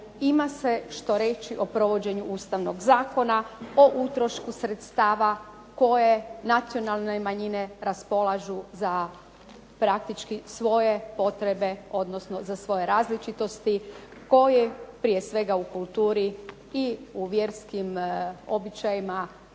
ima se što reći o provođenju Ustavnog zakona, o utrošku sredstava koje nacionalne manjine raspolažu za praktički svoje potrebe, odnosno za svoje različitosti koji prije svega u kulturi i u vjerskim običajima